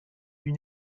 une